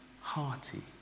hearty